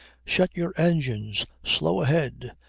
set your engines slow ahead,